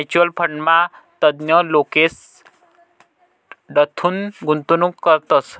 mutual फंडमा तज्ञ लोकेसकडथून गुंतवणूक करतस